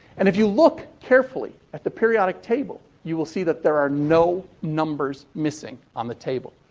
and if you look carefully at the periodic table, you will see that there are no numbers missing on the table.